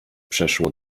przeszło